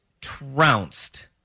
trounced